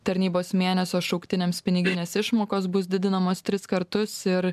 tarnybos mėnesio šauktiniams piniginės išmokos bus didinamos tris kartus ir